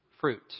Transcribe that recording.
Fruit